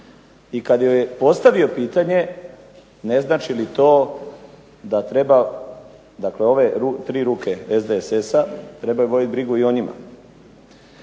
i kada joj je postavio pitanje, ne znači li to da treba ove tri ruke SDSS-a trebaju voditi brigu i o njima.